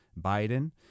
Biden